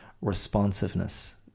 responsiveness